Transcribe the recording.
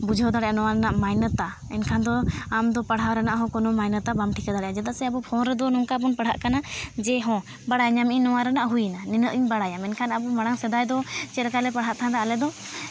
ᱵᱩᱡᱷᱟᱹᱣ ᱫᱟᱲᱮᱭᱟᱜᱼᱟ ᱱᱚᱣᱟ ᱨᱮᱭᱟᱜ ᱢᱟᱱᱱᱚᱛᱟ ᱮᱱᱠᱷᱟᱱ ᱫᱚ ᱟᱢ ᱫᱚ ᱯᱟᱲᱦᱟᱣ ᱨᱮᱱᱟᱜ ᱦᱚᱸ ᱠᱳᱱᱳ ᱢᱟᱱᱱᱚᱛᱟ ᱵᱟᱢ ᱴᱷᱤᱠᱟᱹ ᱫᱟᱲᱮᱭᱟᱜᱼᱟ ᱪᱮᱫᱟᱜ ᱥᱮ ᱟᱵᱚ ᱯᱷᱳᱱ ᱨᱮᱫᱚ ᱱᱚᱝᱠᱟ ᱵᱚᱱ ᱯᱟᱲᱦᱟᱜ ᱠᱟᱱᱟ ᱡᱮ ᱦᱚᱸ ᱵᱟᱲᱟᱭ ᱧᱟᱢᱮᱫᱟᱹᱧ ᱱᱚᱣᱟ ᱨᱮᱱᱟᱜ ᱦᱩᱭᱱᱟ ᱱᱤᱱᱟᱹᱜ ᱤᱧ ᱵᱟᱲᱟᱭᱟ ᱢᱮᱱᱠᱷᱟᱱ ᱟᱵᱚ ᱢᱟᱲᱟᱝ ᱥᱮᱫᱟᱭ ᱫᱚ ᱪᱮᱫ ᱞᱮᱠᱟᱞᱮ ᱯᱟᱲᱦᱟᱜ ᱛᱟᱦᱮᱸ ᱟᱞᱮᱫᱚ